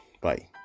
bye